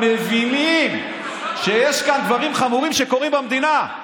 מבינים שיש כאן דברים חמורים שקורים במדינה.